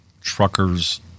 trucker's